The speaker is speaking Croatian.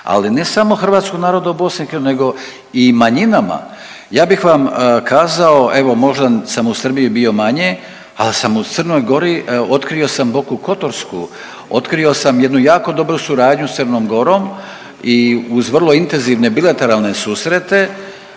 ali ne samo hrvatskog naroda u BiH nego i manjinama. Ja bih vam kazao evo možda sam u Srbiji bio manje, ali sam u Crnoj Gori otkrio sam Boku Kotorsku, otkrio sam jednu jako dobru suradnju s Crnom Gorom i uz vrlo intenzivne bilateralne susrete